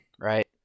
right